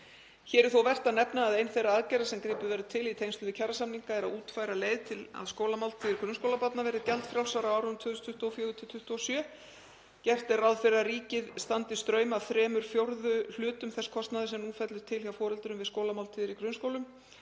Hér er þó vert að nefna að ein þeirra aðgerða sem gripið verður til í tengslum við kjarasamninga er að útfæra leið til að skólamáltíðir grunnskólabarna verði gjaldfrjálsar á árunum 2024–2027. Gert er ráð fyrir að ríkið standi straum af þremur fjórðu hlutum þess kostnaðar sem fellur til hjá foreldrum við skólamáltíðir í grunnskólum.